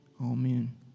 Amen